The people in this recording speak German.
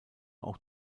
auch